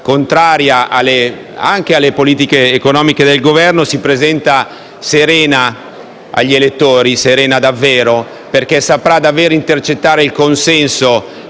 contraria anche alle politiche economiche del Governo, si presenta serena agli elettori, davvero serena, perché saprà intercettare il consenso